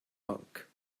monk